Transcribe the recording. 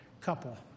couple